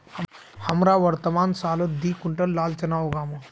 हमरा वर्तमान सालत दी क्विंटल लाल चना उगामु